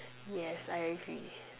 yes I agree